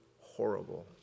horrible